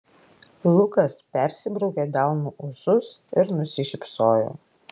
lukas persibraukė delnu ūsus ir nusišypsojo